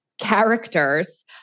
characters